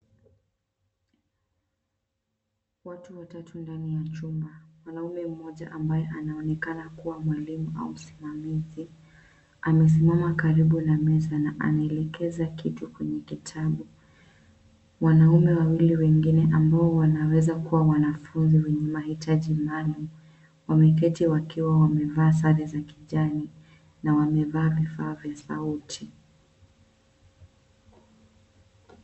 Watu watatu ndani ya chumba. Mwanaume mmoja ambaye anaonekana kuwa mwalimu au msimamizi, amesimama karibu na meza na anaelekeza kitu kwenye kitabu. Wanaume wawili wengine ambao wanaweza kuwa wanafunzi wenye mahitaji maalum, wameketi wakiwa wamevaa sare za kijani na wamevaa vifaa vya sauti.